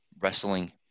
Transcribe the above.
wrestling